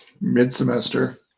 Mid-semester